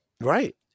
Right